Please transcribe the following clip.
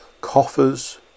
coffers